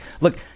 Look